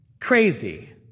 Crazy